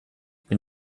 bin